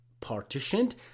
partitioned